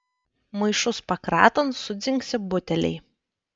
maišus pakratant sudzingsi buteliai